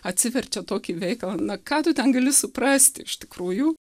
atsiverčia tokį veikalą na ką tu ten gali suprasti iš tikrųjų